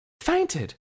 fainted